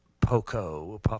poco